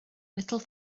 little